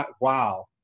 Wow